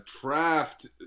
draft